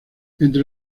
entre